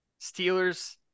Steelers